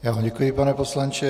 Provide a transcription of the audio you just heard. Já vám děkuji, pane poslanče.